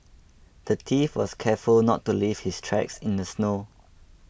the thief was careful to not leave his tracks in the snow